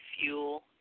fuel